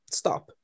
stop